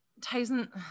tyson